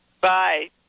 Bye